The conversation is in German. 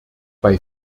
bei